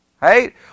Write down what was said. Right